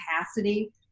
capacity